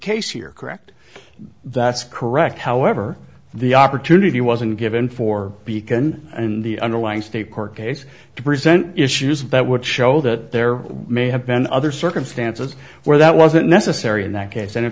case here correct that's correct however the opportunity wasn't given for beacon in the underlying state court case to present issues that would show that there may have been other circumstances where that wasn't necessary in that case and in